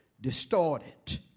distorted